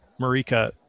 Marika